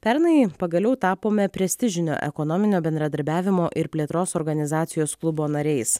pernai pagaliau tapome prestižinio ekonominio bendradarbiavimo ir plėtros organizacijos klubo nariais